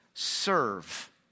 Serve